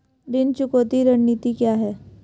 ऋण चुकौती रणनीति क्या है?